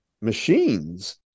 machines